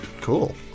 Cool